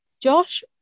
josh